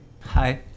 Hi